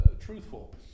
truthful